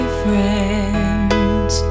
friends